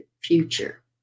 future